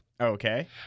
Okay